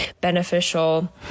beneficial